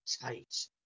tight